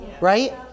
Right